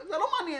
זה לא מעניין.